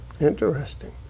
Interesting